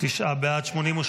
תשעה בעד, 88